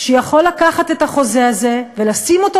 שיכול לקחת את החוזה הזה ולשים אותו